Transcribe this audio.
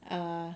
err